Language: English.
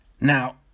Now